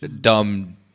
dumb